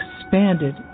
expanded